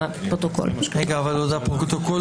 או בצר לנו בבוקר שלישי,